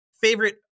favorite